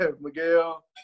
Miguel